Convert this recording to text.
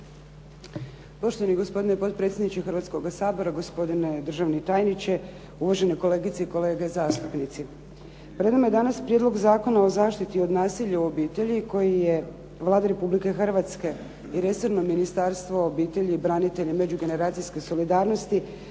Poštovani gospodine potpredsjedniče Hrvatskoga sabora, gospodine državni tajniče, uvažene kolegice i kolege zastupnici. Pred nama je danas Prijedlog zakona o zaštiti od nasilja u obitelji koji je Vlada Republike Hrvatske i resorno Ministarstvo obitelji, branitelja i međugeneracijske solidarnosti